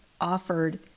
offered